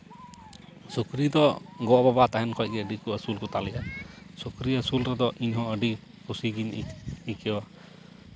ᱥᱩᱠᱨᱤ ᱫᱚ ᱜᱚᱼᱵᱟᱵᱟ ᱛᱟᱦᱮᱱ ᱠᱷᱚᱱ ᱜᱮᱠᱚ ᱟᱹᱥᱩᱞ ᱠᱚᱛᱟ ᱞᱮᱭᱟ ᱥᱩᱠᱨᱤ ᱟᱹᱥᱩᱞ ᱨᱮᱫᱚ ᱤᱧ ᱦᱚᱸ ᱟᱹᱰᱤ ᱠᱩᱥᱤ ᱜᱤᱧ ᱟᱹᱭᱠᱟᱹᱣᱟ